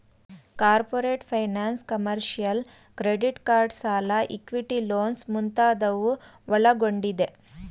corporate finance, commercial, credit card ಸಾಲ, equity loans ಮುಂತಾದವು ಒಳಗೊಂಡಿದೆ